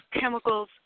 chemicals